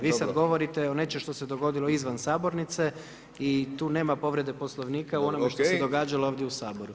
Vi sada govorite o nečem što se dogodilo izvan sabornice i tu nema povrede Poslovnika u onome što se događalo ovdje u Saboru.